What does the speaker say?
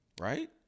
right